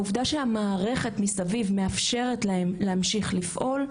העובדה שהמערכת מסביב מאפשרת להם להמשיך לפעול,